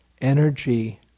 energy